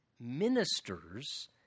ministers